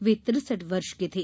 वे तिरसठ वर्ष के थे